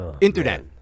internet